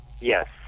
Yes